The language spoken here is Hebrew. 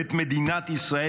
ואת מדינת ישראל,